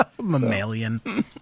Mammalian